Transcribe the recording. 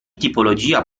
tipologia